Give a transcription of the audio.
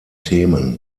themen